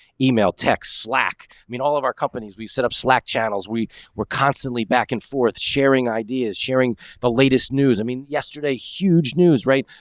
email text. slack. i mean, all of our companies, we set up slack channels. we were constantly back and forth sharing ideas, sharing the latest news. i mean, yesterday, huge news, right?